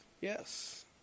Yes